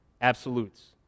absolutes